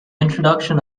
introduction